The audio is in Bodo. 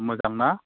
मोजां ना